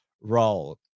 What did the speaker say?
role